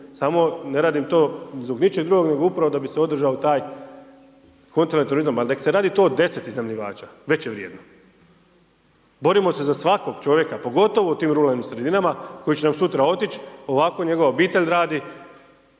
samo ne radim to zbog ničeg drugog nego upravo da bi se održao taj kontinentalni turizam. Ali neka se radi to 10 iznajmljivača, već je vrijedno. Borimo se za svakog čovjeka pogotovo u tim ruralnim sredinama koji će nam sutra otići. Ovako njegova obitelj radi,